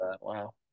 Wow